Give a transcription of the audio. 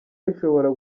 bishobora